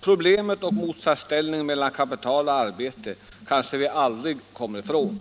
Problemet och motsatsställningen mellan kapital och arbete kanske vi aldrig kommer ifrån,